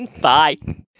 Bye